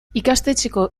ikastetxeko